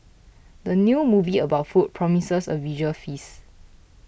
the new movie about food promises a visual feast